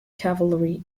cavalry